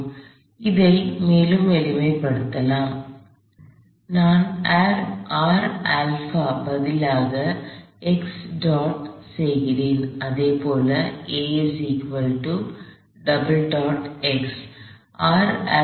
எனவே இதை எளிமைப்படுத்தலாம் நான் பதிலாக செய்கிறேன் அதே போல்